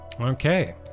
okay